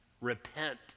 repent